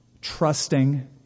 trusting